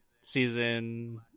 season